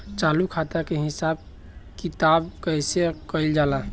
चालू खाता के हिसाब किताब कइसे कइल जाला?